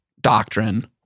doctrine